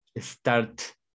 start